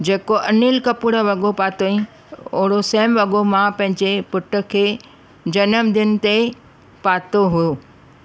जेको अनिल कपूर वॻो पातो हुअईं ओड़ो सेम वॻो मां पंहिंजे पुट खे जनमदिन ते पातो हुओ